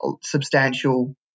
substantial